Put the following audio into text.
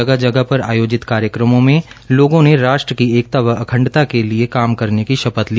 जगह जगह पर आयोजित कार्यक्रमों में लोगों ने राष्ट्र की एकता व अखंडता के लिए काम करने की शपथ ली